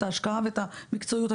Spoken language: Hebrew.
את ההשקעה ואת המקצועיות.